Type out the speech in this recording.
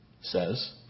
says